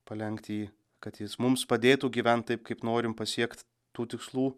palenkti jį kad jis mums padėtų gyvent taip kaip norim pasiekt tų tikslų